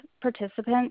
participants